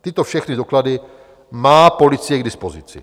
Tyto všechny doklady má policie k dispozici.